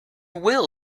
will